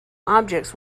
objects